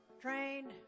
trained